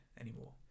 anymore